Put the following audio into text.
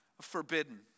forbidden